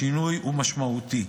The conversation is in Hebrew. השינוי הוא משמעותי.